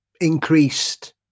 increased